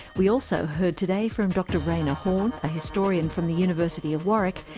we also heard today from dr rainer horn, a historian from the university of warwick,